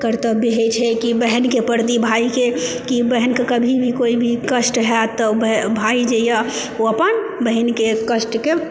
कर्तव्य होइत छै कि बहनके प्रति भाईके कि बहनके कभी भी कोई भी कष्ट हैत तऽ भाई जे यऽओ अपन बहिनके कष्टके